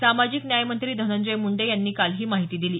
सामाजिक न्याय मंत्री धनजयं मुंडे यांनी काल ही माहिती दिली